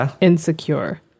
insecure